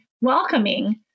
welcoming